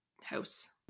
house